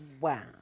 Wow